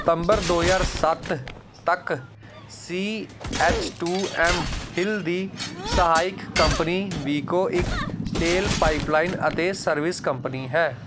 ਸਤੰਬਰ ਦੋ ਹਜ਼ਾਰ ਸੱਤ ਤੱਕ C H two M Hill ਦੀ ਸਹਾਇਕ ਕੰਪਨੀ ਵੀਕੋ ਇੱਕ ਤੇਲ ਪਾਈਪਲਾਈਨ ਅਤੇ ਸਰਵਿਸ ਕੰਪਨੀ ਹੈ